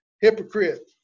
Hypocrite